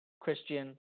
Christian